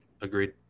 Agreed